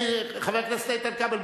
חבר הכנסת איתן כבל,